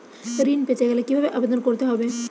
ঋণ পেতে গেলে কিভাবে আবেদন করতে হবে?